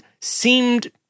seemed